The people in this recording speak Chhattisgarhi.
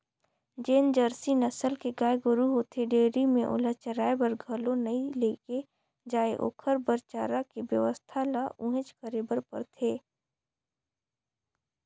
जेन जरसी नसल के गाय गोरु होथे डेयरी में ओला चराये बर घलो नइ लेगे जाय ओखर बर चारा के बेवस्था ल उहेंच करे बर परथे